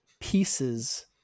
pieces